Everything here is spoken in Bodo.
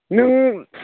नों